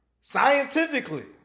Scientifically